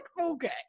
okay